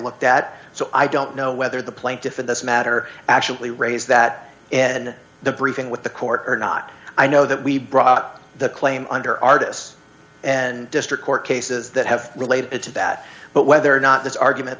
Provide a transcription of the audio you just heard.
looked at so i don't know whether the plaintiff in this matter actually raised that in the briefing with the court or not i know that we brought the claim under artists and district court cases that have related to that but whether or not this argument